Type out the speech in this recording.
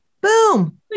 boom